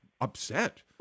upset